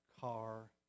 car